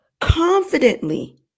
confidently